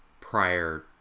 prior